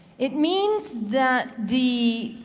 it means that the